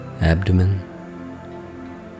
abdomen